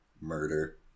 murder